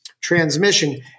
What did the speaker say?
transmission